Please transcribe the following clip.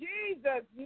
Jesus